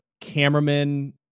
cameraman